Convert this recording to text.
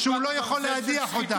שהוא לא יכול להדיח אותה.